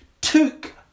took